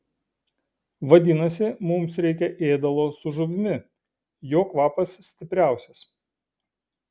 vadinasi mums reikia ėdalo su žuvimi jo kvapas stipriausias